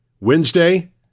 Wednesday